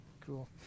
Cool